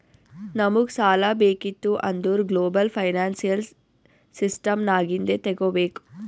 ನಮುಗ್ ಸಾಲಾ ಬೇಕಿತ್ತು ಅಂದುರ್ ಗ್ಲೋಬಲ್ ಫೈನಾನ್ಸಿಯಲ್ ಸಿಸ್ಟಮ್ ನಾಗಿಂದೆ ತಗೋಬೇಕ್